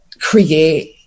create